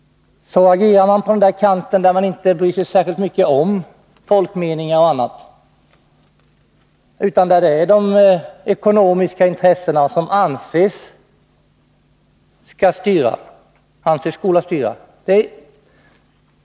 Så reagerar man på den kanten, där man inte bryr sig särskilt mycket om folkmeningar och annat, utan där det är de ekonomiska intressena som anses skola styra.